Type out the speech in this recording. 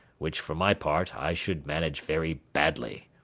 which, for my part, i should manage very badly.